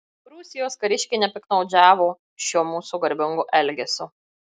prūsijos kariškiai nepiktnaudžiavo šiuo mūsų garbingu elgesiu